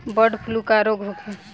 Bird flu का रोग होखे?